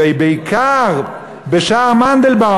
ובעיקר בשער מנדלבאום.